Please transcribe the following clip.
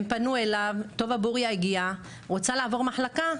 הם פנו אליו, טובה בוריה הגיעה ורוצה לעבור מחלקה.